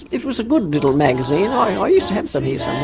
it was a good little magazine. i used to have some here